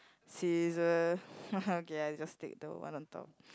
scissors okay I just take the one on top